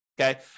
okay